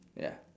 ya